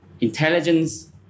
intelligence